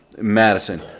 Madison